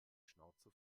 schnauze